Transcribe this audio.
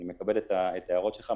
אני מקבל את ההערות שלך,